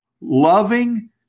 loving